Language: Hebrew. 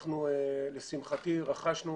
לשמחתי רכשנו